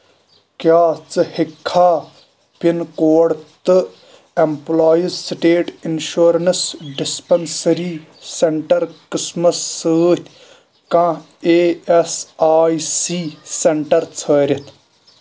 کیٛاہ ژٕ ہیٚکھا پِن کوڈ تہٕ employees state insurance dispensary centre قٕسمس سۭتۍ کانٛہہ E S I C centre ژھٲنڈتھ